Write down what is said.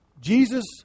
Jesus